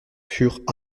furent